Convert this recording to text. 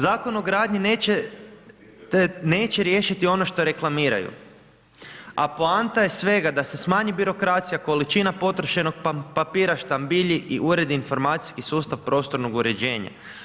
Zakon o gradnji neće riješiti ono što reklamiraju, a poanta je svega da se smanji birokracija, količina potrošenog papira štambilji i ured informacijski sustav prostornog uređenja.